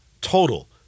total